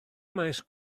maes